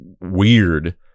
weird